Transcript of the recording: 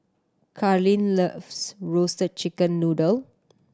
Charline loves Roasted Chicken Noodle